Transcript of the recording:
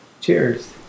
cheers